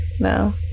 No